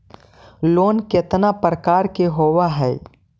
Loan केतना प्रकार के होव हइ?